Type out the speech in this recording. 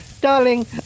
Darling